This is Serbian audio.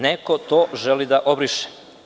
Neko to želi da obriše.